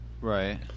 Right